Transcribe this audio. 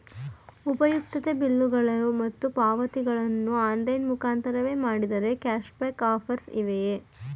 ಉಪಯುಕ್ತತೆ ಬಿಲ್ಲುಗಳು ಮತ್ತು ಪಾವತಿಗಳನ್ನು ಆನ್ಲೈನ್ ಮುಖಾಂತರವೇ ಮಾಡಿದರೆ ಕ್ಯಾಶ್ ಬ್ಯಾಕ್ ಆಫರ್ಸ್ ಇವೆಯೇ?